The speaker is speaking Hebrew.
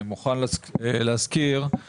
אין אף רשות מקומית שהיא 100% תקצוב ממשרד